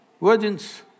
virgins